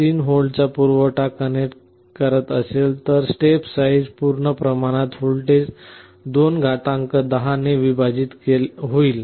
3 व्होल्टचा पुरवठा कनेक्ट करत असेल तर स्टेप साइझ step size पूर्ण प्रमाणात व्होल्टेज 210 - 1 ने विभाजित होईल